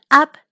up